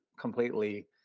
completely